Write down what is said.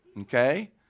okay